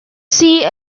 see